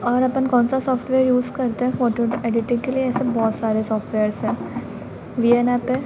और अपन कौन सा सॉफ़्टवेयर यूज़ करते हैं फ़ोटो एडिटिंग के लिए ऐसे बहुत सारे सॉफ़्टवेयर्स हैं वी एन ऐप है